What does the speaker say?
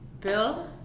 Bill